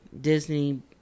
Disney